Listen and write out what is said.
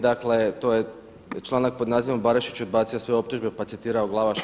Dakle, to je članak pod nazivom „Barišić odbacio sve optužbe pa citirao Glavaša.